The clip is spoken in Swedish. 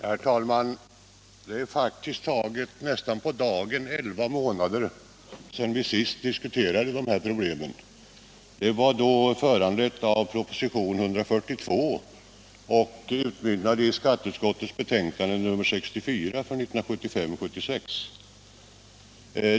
Herr talman! Det är faktiskt nästan på dagen elva månader sedan vi senast diskuterade dessa problem — i samband med skatteutskottets betänkande 1975/76:64, föranlett av proposition 142.